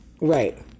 Right